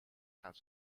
gaat